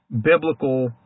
biblical